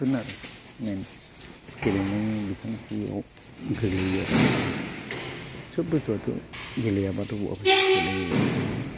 बेफोरनो आरो गेलेनायनि बिथांथियाव गोग्लैयो आरो जेनेबा गासै बुस्तुआथ' गेलेयाबाथ' बबाव गेले गेले